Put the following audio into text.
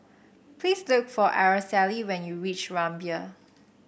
please look for Araceli when you reach Rumbia